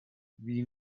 wie